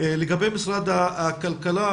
לגבי משרד הכלכלה,